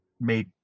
made